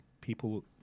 people